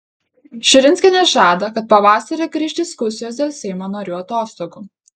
širinskienė žada kad pavasarį grįš diskusijos dėl seimo narių atostogų